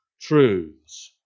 truths